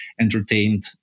entertained